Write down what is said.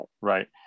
right